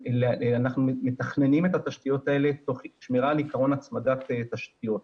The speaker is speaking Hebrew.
אנחנו מתכננים את התשתיות האלה תוך שמירה על עיקרון הצמדת תשתיות.